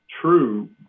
true